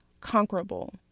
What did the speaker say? conquerable